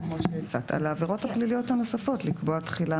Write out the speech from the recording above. על העבירות הפליליות הנוספות לקבוע תחילה